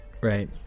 Right